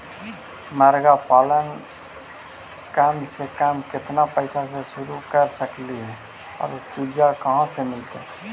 मरगा पालन कम से कम केतना पैसा में शुरू कर सकली हे और चुजा कहा से मिलतै?